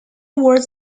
was